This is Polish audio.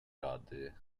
rady